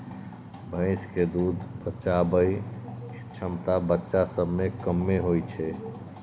भैंस के दूध पचाबइ के क्षमता बच्चा सब में कम्मे होइ छइ